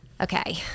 Okay